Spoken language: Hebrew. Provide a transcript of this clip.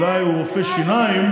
אולי הוא רופא שיניים,